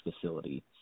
facility